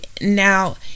now